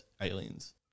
aliens